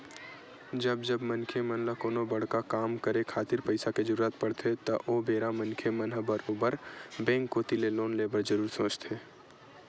जब जब मनखे मन ल कोनो बड़का काम करे खातिर पइसा के जरुरत पड़थे त ओ बेरा मनखे मन ह बरोबर बेंक कोती ले लोन ले बर जरुर सोचथे